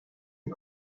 mes